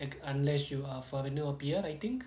like unless you are foreigner or P_R I think